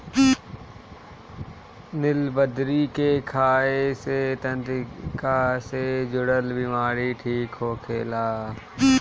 निलबदरी के खाए से तंत्रिका से जुड़ल बीमारी ठीक होखेला